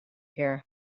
here